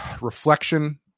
reflection